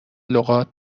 لغات